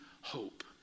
hope